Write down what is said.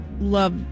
love